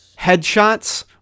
headshots